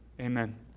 Amen